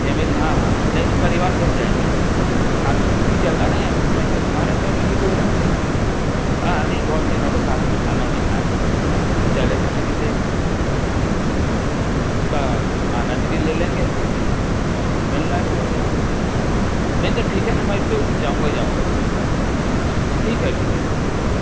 family हाँ हाँ नहीं नहीं परिवार सहित जाएंगे साथ में तू भी चलना न यार उसमें क्या तुम्हारी फ़ैमिली को भी रख लेना हाँ नहीं बहुत दिन हो गए साथ में खाना नहीं खाएँ तो चले चलेंगे एक उसका आनंद भी ले लेंगे और मिलना भी हो जाएगा नहीं देख ठीक है न मैं तो जाऊँगा ही जाऊँगा हैं न ठीक है ठीक है ठीक है ठीक